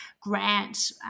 grant